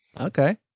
Okay